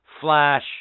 Flash